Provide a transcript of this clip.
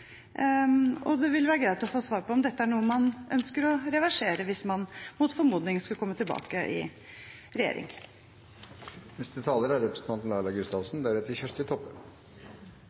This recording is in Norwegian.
kommunene. Det vil være greit å få svar på om dette er noe man ønsker å reversere hvis man, mot formodning, skulle komme tilbake i regjering. Jeg kan love representanten Tone Wilhelmsen Trøen og alle som eventuelt er